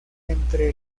entre